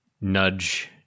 nudge